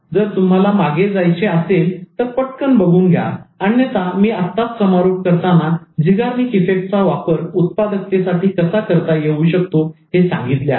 जर तुम्हाला मागे जायचे असेल तर पटकन बघून घ्या अन्यथा मी आत्ताच समारोप करताना Zeigarnik Effect झीगार्निक इफेक्ट चा वापर उत्पादकतेसाठी कसा करता येऊ शकतो हे सांगितले आहे